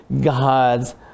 god's